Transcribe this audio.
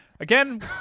Again